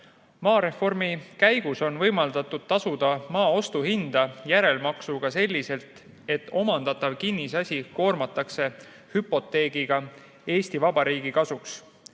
Maareformi käigus on võimaldatud tasuda maa ostuhinda järelmaksuga selliselt, et omandatav kinnisasi koormatakse hüpoteegiga Eesti Vabariigi kasuks.